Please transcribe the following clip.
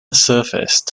surfaced